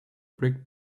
brick